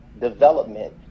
development